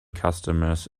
customers